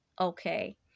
Okay